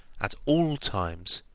at all times,